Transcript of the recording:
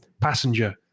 passenger